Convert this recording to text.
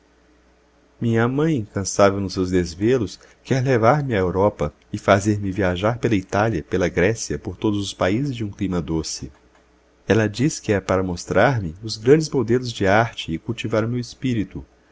minha mãe incansável nos seus desvelos quer levar-me à europa e fazer-me viajar pela itália pela grécia por todos os países de um clima doce ela diz que é para mostrar-me os grandes modelos de arte e cultivar o meu espírito